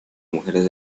mujeres